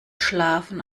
schlafen